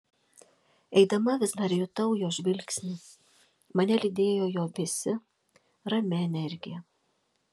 eidama vis dar jutau jo žvilgsnį mane lydėjo jo vėsi rami energija